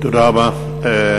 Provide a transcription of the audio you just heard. תודה רבה.